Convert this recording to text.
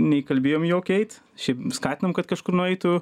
neįkalbėjom į jokį eit šiaip skatinam kad kažkur nueitų